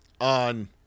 on